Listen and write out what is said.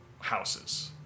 houses